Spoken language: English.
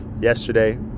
yesterday